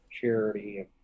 charity